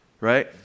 right